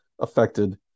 affected